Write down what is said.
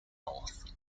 north